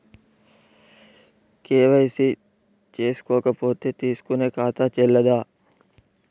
KYC చేసుకోకపోతే తీసుకునే ఖాతా చెల్లదా?